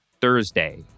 Thursday